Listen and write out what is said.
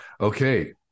Okay